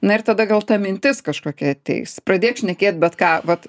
na ir tada gal ta mintis kažkokia ateis pradėk šnekėt bet ką vat